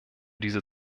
diese